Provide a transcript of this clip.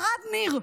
ערד ניר,